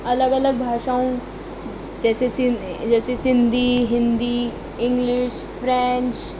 अलॻि अलॻि भाषाऊं जैसे सि जैसे सिंधी हिंदी इंग्लिश फ्रेंच